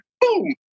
Boom